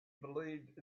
believed